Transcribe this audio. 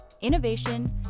innovation